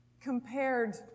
compared